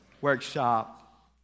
workshop